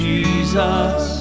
Jesus